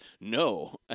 no